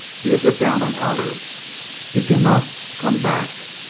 he is a down-and-outer he cannot come back.